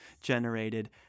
generated